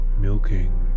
milking